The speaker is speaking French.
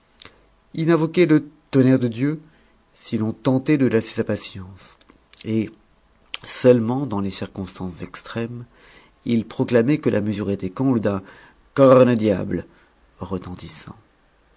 il invoquait le tonnerre de dieu si l'on tentait de lasser sa patience et seulement dans les circonstances extrêmes il proclamait que la mesure était comble d'un corne diable retentissant